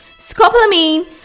Scopolamine